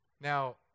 Now